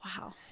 Wow